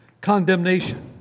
condemnation